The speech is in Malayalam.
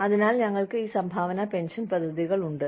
അതിനാൽ ഞങ്ങൾക്ക് ഈ സംഭാവനാ പെൻഷൻ പദ്ധതികളുണ്ട്